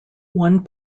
one